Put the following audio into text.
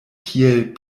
kiel